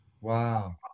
Wow